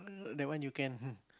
that one you can